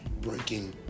Breaking